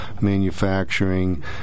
manufacturing